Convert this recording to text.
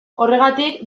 horregatik